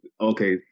okay